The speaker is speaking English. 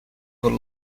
were